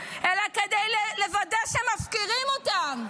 אלא כדי לוודא שמפקירים אותם?